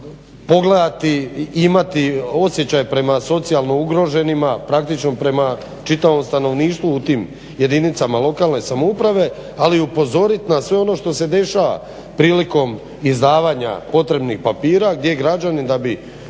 pogledati i imati osjećaj prema socijalno ugroženima praktično prema čitavom stanovništvu u tim jedinicama lokalne samouprave ali i upozoriti na sve ono što se dešava prilikom izdavanja potrebnih papira gdje građanin da bi